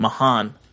Mahan